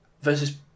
Versus